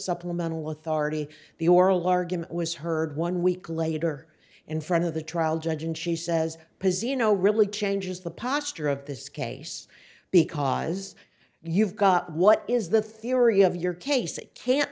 supplemental authority the oral argument was heard one week later in front of the trial judge and she says pacino really changes the posture of this case because you've got what is the theory of your case it can't